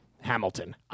Hamilton